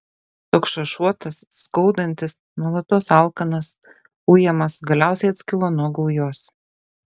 toks šašuotas skaudantis nuolatos alkanas ujamas galiausiai atskilo nuo gaujos